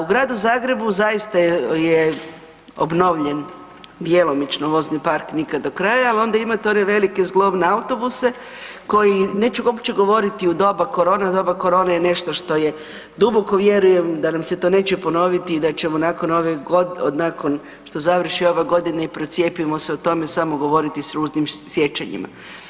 U Gradu Zagrebu zaista je obnovljen djelomično vozni park, nikad do kraja, ali onda imate one velike zglobne autobuse koji neću uopće govoriti u doba korone, u doba korone je nešto što je, duboko vjerujem da nam se to neće ponoviti i da ćemo nakon ove, nakon što završi ova godina i procijepimo se o tome samo govoriti s ružnim sjećanjima.